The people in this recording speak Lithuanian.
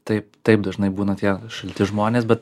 taip taip dažnai būna tie šalti žmonės bet